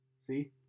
see